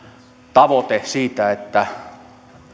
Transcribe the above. tavoite siitä että